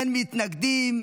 אין מתנגדים.